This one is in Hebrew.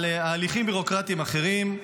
על הליכים ביורוקרטיים אחרים.